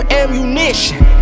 ammunition